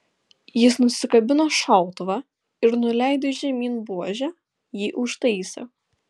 jis nusikabino šautuvą ir nuleidęs žemyn buožę jį užtaisė